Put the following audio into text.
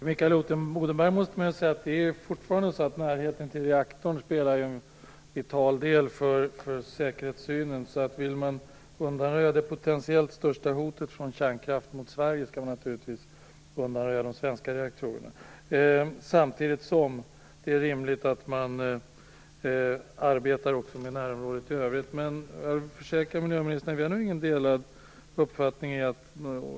Herr talman! Till Mikael Odenberg måste jag säga att närheten till reaktorn fortfarande spelar en avgörande roll för säkerhetssynen. Vill man undanröja det potentiellt största hotet från kärnkraft mot Sverige skall man naturligtvis undanröja de svenska reaktorerna. Samtidigt är det förstås rimligt att man arbetar med närområdet i övrigt. Jag kan försäkra miljöministern att vi inte har någon delad uppfattning om säkerheten.